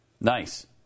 Nice